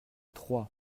trois